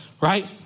Right